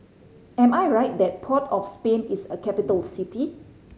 am I right that Port of Spain is a capital city